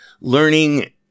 learning